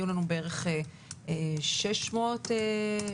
יהיו לנו בערך 600 מאומתים.